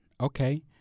Okay